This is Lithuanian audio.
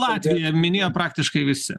latviją minėjo praktiškai visi